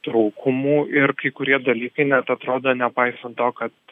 trūkumų ir kai kurie dalykai net atrodo nepaisant to kad